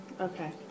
Okay